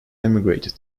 emigrated